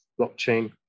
blockchain